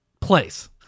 place